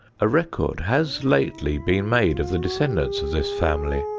a record has lately been made of the descendants of this family,